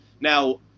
Now